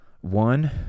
one